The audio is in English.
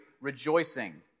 rejoicing